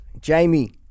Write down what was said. Jamie